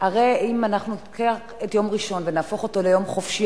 הרי אם אנחנו ניקח את יום ראשון ונהפוך אותו ליום חופשי,